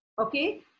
Okay